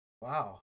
Wow